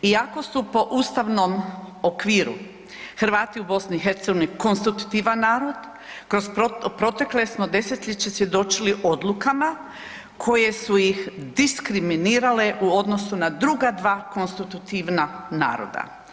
Iako su po ustavnom okviru Hrvati u BiH konstitutivan narod kroz proteklo smo desetljeće svjedočili odlukama koje su ih diskriminirale u odnosu na druga dva konstitutivna naroda.